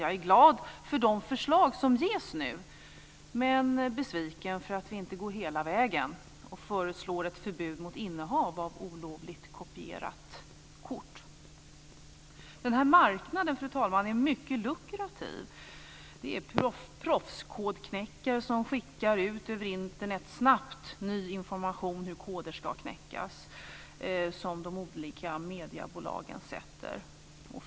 Jag är glad för de förslag som ges nu, men besviken för att vi inte går hela vägen och föreslår ett förbud mot innehav av olovligt kopierat kort. Denna marknad, fru talman, är mycket lukrativ. Det är proffskodknäckare som snabbt skickar ut ny information om hur koder som de olika mediebolagen sätter ska knäckas över Internet.